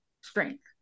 strength